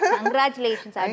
Congratulations